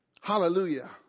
Hallelujah